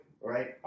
right